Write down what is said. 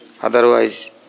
Otherwise